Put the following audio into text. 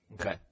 Okay